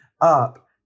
up